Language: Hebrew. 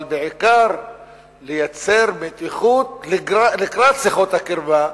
אבל בעיקר לייצר מתיחות לקראת שיחות הקרבה,